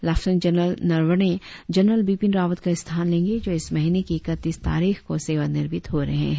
lieutenant general Naravane general Bipin Rawat का स्थान लेंगे जो इस महीने की ईकतीस तारीख को सेवानिवृत्त हो रहे हैं